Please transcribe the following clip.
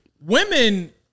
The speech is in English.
Women